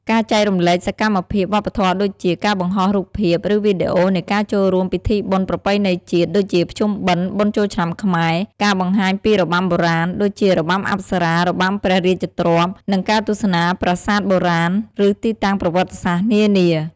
ការចែករំលែកសកម្មភាពវប្បធម៌ដូចជា ការបង្ហោះរូបភាព ឬវីដេអូនៃការចូលរួមពិធីបុណ្យប្រពៃណីជាតិ ដូចជាភ្ជុំបិណ្ឌ បុណ្យចូលឆ្នាំខ្មែរ ការបង្ហាញពីរបាំបុរាណ ដូចជា របាំអប្សរា របាំព្រះរាជទ្រព្យ និង ការទស្សនាប្រាសាទបុរាណ ឬទីតាំងប្រវត្តិសាស្ត្រនានា។